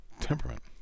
temperament